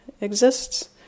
exists